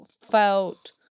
felt